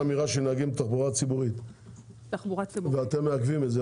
מהירה של נהגים לתחבורה הציבורית ואתם מעכבים את זה,